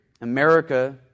America